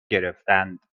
گرفتند